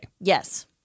Yes